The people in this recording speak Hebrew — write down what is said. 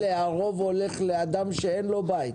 הרוב הולך לאדם שאין לו בית.